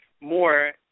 more